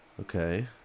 okay